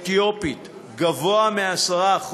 אתיופית, גבוה מ־10%,